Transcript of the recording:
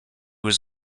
was